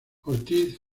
ortiz